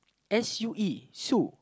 S U E Sue